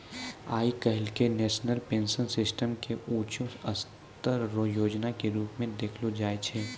आइ काल्हि national pension system के ऊंचों स्तर रो योजना के रूप मे देखलो जाय छै